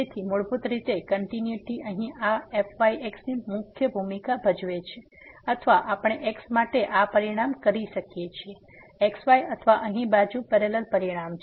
તેથી મૂળભૂત રીતે કંટીન્યુટી અહીં આ fyx ની મુખ્ય ભૂમિકા ભજવે છે અથવા આપણે x માટે આ પરિણામ કરી શકીએ છીએ xy અથવા અહીં બીજું પેરેલલ પરિણામ છે